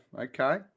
okay